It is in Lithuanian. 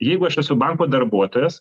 jeigu aš esu banko darbuotojas